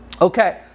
Okay